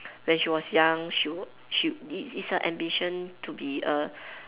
when she was young she wa~ she it it's her ambition to be a